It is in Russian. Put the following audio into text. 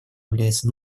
является